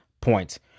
points